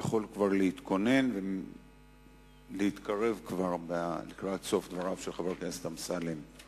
שיכול כבר להתכונן ולהתקרב לקראת סוף דבריו של חבר הכנסת אמסלם.